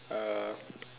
uh